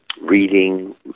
reading